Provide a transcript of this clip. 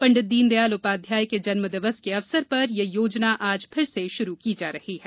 पं दीनदयाल उपाध्याय के जन्म दिवस के अवसर पर यह योजना आज पुन आरंभ की जा रही है